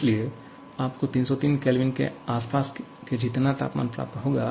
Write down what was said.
इसलिए आपको 303 K के आसपास के जितना तापमान प्राप्त होगा